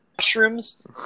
mushrooms